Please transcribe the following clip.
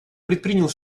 предпринял